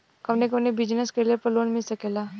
कवने कवने बिजनेस कइले पर लोन मिल सकेला?